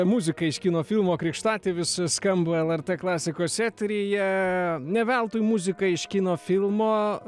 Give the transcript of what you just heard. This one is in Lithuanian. muzika iš kino filmo krikštatėvis skamba lrt klasikos eteryje ne veltui muzika iš kino filmo